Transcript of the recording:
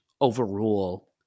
overrule